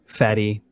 fatty